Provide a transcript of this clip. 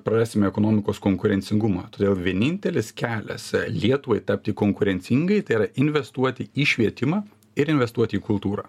prarasime ekonomikos konkurencingumą todėl vienintelis kelias lietuvai tapti konkurencingai tai yra investuoti į švietimą ir investuoti į kultūrą